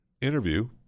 interview